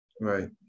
Right